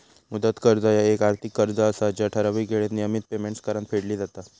मुदत कर्ज ह्या येक आर्थिक कर्ज असा जा ठराविक येळेत नियमित पेमेंट्स करान फेडली जातत